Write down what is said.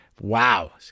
Wow